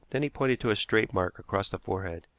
then he pointed to a straight mark across the forehead,